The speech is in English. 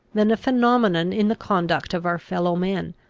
than a phenomenon in the conduct of our fellow men,